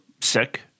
sick